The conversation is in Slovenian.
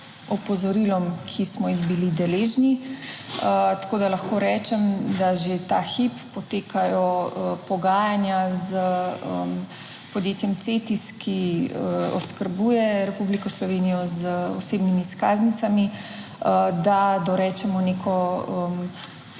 opozorilom, ki smo jih bili deležni. Tako da lahko rečem, da že ta hip potekajo pogajanja s podjetjem Cetis, ki oskrbuje Republiko Slovenijo z osebnimi izkaznicami, da dorečemo neko